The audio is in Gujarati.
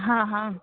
હા હા